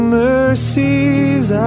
mercies